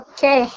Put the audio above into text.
Okay